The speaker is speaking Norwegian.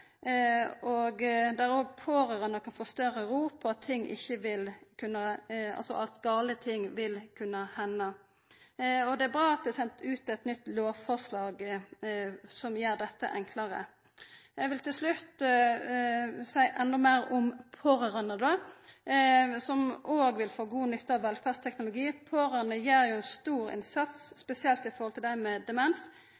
og der òg pårørande kan få større ro for at gale ting ikkje vil kunna henda. Det er bra at det er sendt ut eit nytt lovforslag som gjer dette enklare. Eg vil til slutt seia endå meir om pårørande, som òg vil få god nytte av velferdsteknologi. Pårørande gjer ein stor innsats,